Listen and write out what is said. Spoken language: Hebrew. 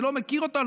אני לא מכיר אותו,